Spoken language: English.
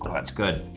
that's good.